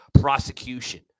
prosecution